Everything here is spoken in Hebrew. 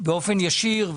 באופן ישיר,